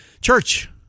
Church